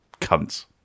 Cunts